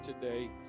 today